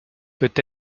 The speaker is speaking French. peut